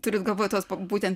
turit galvoje tuos būtent